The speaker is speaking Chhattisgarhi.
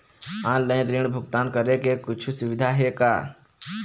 ऑनलाइन ऋण भुगतान करे के कुछू सुविधा हे का?